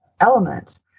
element